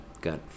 got